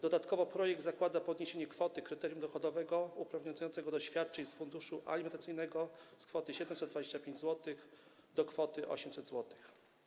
Dodatkowo projekt zakłada podniesienie kwoty kryterium dochodowego uprawniającego do świadczeń z funduszu alimentacyjnego z kwoty 725 zł do kwoty 800 zł.